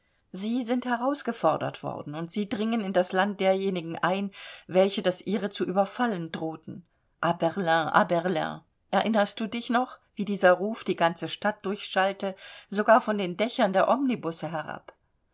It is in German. sie sind herausgefordert worden und sie dringen in das land derjenigen ein welche das ihre zu überfallen drohten berlin berlin erinnerst du dich noch wie dieser ruf die ganze stadt durchschallte sogar von den dächern der omnibusse herab